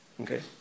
Okay